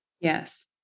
Yes